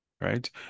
right